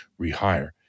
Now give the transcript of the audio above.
rehire